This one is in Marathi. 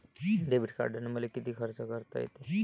डेबिट कार्डानं मले किती खर्च करता येते?